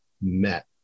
met